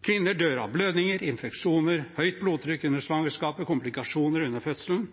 Kvinner dør av blødninger, infeksjoner, høyt blodtrykk under svangerskapet, komplikasjoner under fødselen.